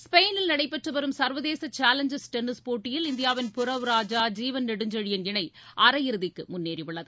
ஸ்பெயினில் நடைபெற்றுவரும் சர்வதேச சேலஞ்சர்ஸ் டென்னிஸ் போட்டியில் இந்தியாவின் புரவ் ராஜா ஜீவன் நெடுஞ்செழியன் இணை அரையிறுதிக்கு முன்னேறி உள்ளது